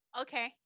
Okay